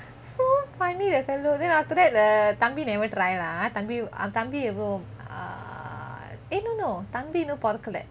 so funny the fellow then after that the thambi never try lah தம்பி அவன் தம்பி எதோ:thambi avan thambi yetho err eh no no தம்பி இன்னும் பொறக்கலே:thambi innum porakaleh